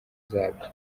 zabyo